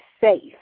safe